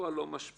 בפועל לא משפיע.